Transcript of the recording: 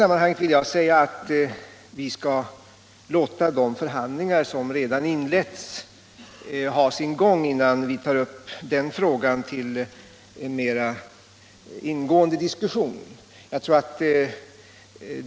Och där vill jag säga att vi skall låta de förhandlingar som redan har inletts ha sin gång, innan vi tar upp den frågan till mera ingående diskussion.